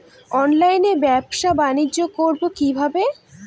অনলাইনে ব্যবসা বানিজ্য করব কিভাবে?